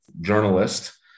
journalist